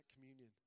communion